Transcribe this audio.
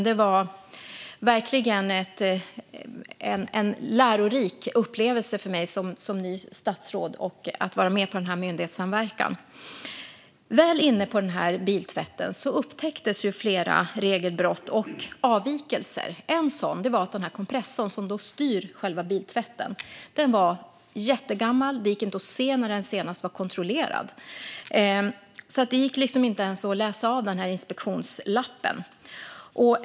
Det var verkligen en lärorik upplevelse för mig som nytt statsråd att vara med om denna myndighetssamverkan. Väl inne på biltvätten upptäcktes flera regelbrott och avvikelser. En sådan var att den kompressor som styr själva biltvätten var jättegammal, och det gick inte att se när den senast var kontrollerad. Det gick inte ens att läsa av inspektionslappen.